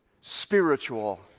spiritual